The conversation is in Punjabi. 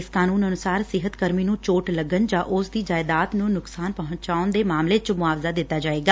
ਇਸ ਕਾਨੁੰਨ ਅਨੁਸਾਰ ਸਿਹਤ ਕਰਮੀ ਨੂੰ ਚੋਟ ਲੱਗਣ ਜਾਂ ਉਸ ਦੀ ਜਾਇਦਾਦ ਨੂੰ ਨੁਕਸਾਨ ਪਹੂੰਚਣ ਦੇ ਮਾਮਲੇ ਚ ਮੁਆਵਜਾ ਦਿੱਤਾ ਜਾਵੇਗਾ